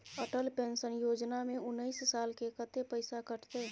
Atal pension Yojana में उनैस साल के कत्ते पैसा कटते?